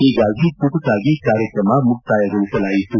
ಹೀಗಾಗಿ ಚುಟುಕಾಗಿ ಕಾರ್ಯಕ್ರಮ ಮುಕ್ತಾಯಗೊಳಿಸಲಾಯಿತು